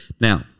Now